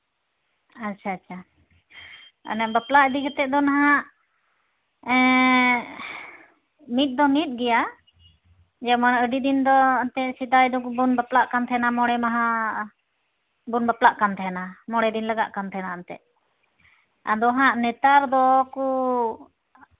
ᱟᱪᱪᱷᱟ ᱟᱪᱪᱷᱟ ᱚᱱᱟ ᱵᱟᱯᱞᱟ ᱤᱫᱤ ᱠᱟᱛᱮ ᱫᱚ ᱱᱟᱦᱟᱜ ᱢᱤᱫ ᱫᱚ ᱢᱤᱫ ᱜᱮᱭᱟ ᱡᱮᱢᱚᱱ ᱟᱹᱰᱤ ᱫᱤᱱ ᱫᱚ ᱚᱱᱛᱮ ᱥᱮᱫᱟᱭ ᱫᱚᱵᱚᱱ ᱵᱟᱯᱞᱟᱜ ᱠᱟᱱ ᱛᱟᱦᱮᱱᱟ ᱢᱚᱬᱮ ᱢᱟᱦᱟ ᱵᱚᱱ ᱵᱟᱯᱞᱟᱜ ᱠᱟᱱ ᱛᱟᱦᱮᱱᱟ ᱢᱚᱬᱮ ᱫᱤᱱ ᱞᱟᱜᱟᱜ ᱠᱟᱱ ᱛᱟᱦᱮᱱᱟ ᱮᱱᱛᱮ ᱟᱫᱚ ᱦᱟᱸᱜ ᱱᱮᱛᱟᱨ ᱫᱚᱠᱚ